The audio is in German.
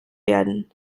werden